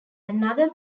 another